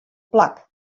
plak